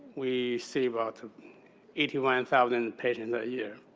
we see about eighty one and thousand patients a year.